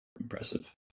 impressive